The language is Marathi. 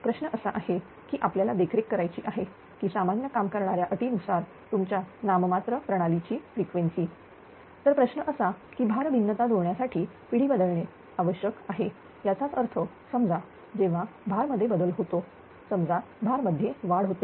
प्रश्न असा आहे की आपल्याला देखरेख करायची आहे की सामान्य काम करण्याच्या अटी नुसार तुमच्या नाम मात्र प्रणालीची फ्रिक्वेन्सी तर प्रश्न असा की भार भिन्नता जुळण्यासाठी पिढी बदल करणे आवश्यक आहे याचाच अर्थ समजा जेव्हा भार मध्ये बदल होतो समजा भार मध्ये वाढ होते